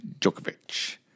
Djokovic